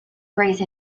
grace